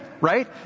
Right